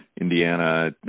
Indiana